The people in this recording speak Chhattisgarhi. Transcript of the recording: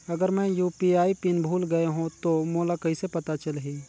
अगर मैं यू.पी.आई पिन भुल गये हो तो मोला कइसे पता चलही?